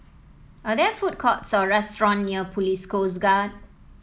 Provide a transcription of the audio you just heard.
are there food courts or restaurant near Police Coast Guard